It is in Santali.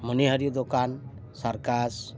ᱢᱚᱱᱤᱦᱟᱨᱤ ᱫᱚᱠᱟᱱ ᱥᱟᱨᱠᱟᱥ